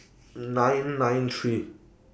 nine nine three